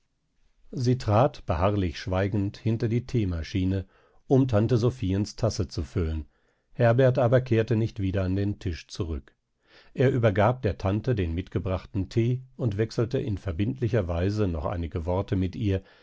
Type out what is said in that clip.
sie trat beharrlich schweigend hinter die theemaschine um tante sophiens tasse zu füllen herbert aber kehrte nicht wieder an den tisch zurück er übergab der tante den mitgebrachten thee und wechselte in verbindlicher weise noch einige worte mit ihr